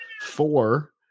four